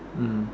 mm